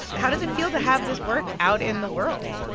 how does it feel to have this work out in the world?